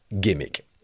gimmick